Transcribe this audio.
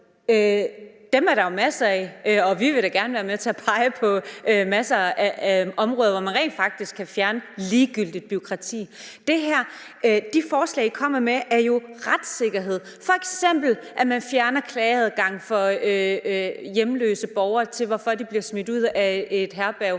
Dem er der jo masser af, og vi vil da gerne være med til at pege på masser af områder, hvor man rent faktisk kan fjerne ligegyldigt bureaukrati. De forslag, I kommer med, handler jo om retssikkerhed, f.eks. at man fjerner klageadgangen for hjemløse borgere, der bliver smidt ud af et herberg,